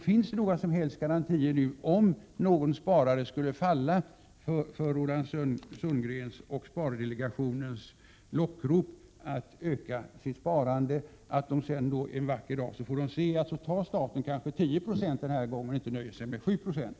Finns det några som helst garantier nu, om några sparare skulle falla för Roland Sundgrens och spardelegationens lockrop och öka sitt sparande, att de inte en vacker dag får se att staten tar 10 96 den här gången och inte nöjer sig med 7 4?